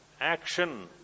action